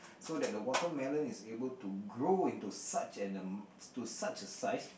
so that the watermelon is able to grow into such an ama~ to such a size